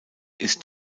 ist